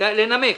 לנמק.